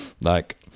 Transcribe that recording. like-